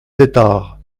tetart